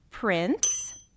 Prince